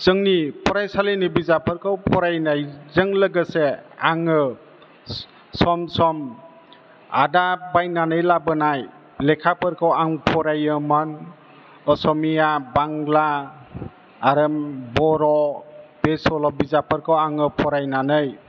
जोंनि फरायसालिनि बिजाबफोरखौ फरायनायजों लोगोसे आङो सम सम आदा बायनानै लाबोनाय लेखाफोरखौ आं फरायोमोन असमिया बांला आरो बर' बे सल' बिजाबफोरखौ आङो फरायनानै